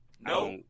no